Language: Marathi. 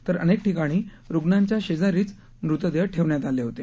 तर अनेक ठिकाणी रुग्णांच्या शेजारीच मृतदेह ठेवण्यात आले होते